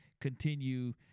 continue